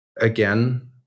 again